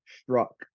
struck